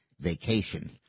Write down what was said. vacation